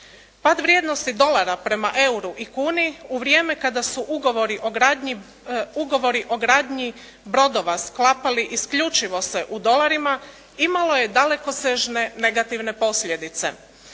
Pad vrijednosti dolara prema euru i kuni u vrijeme kada su ugovori o gradnji brodova sklapali isključivo se u dolarima imalo je dalekosežne negativne posljedice.